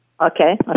Okay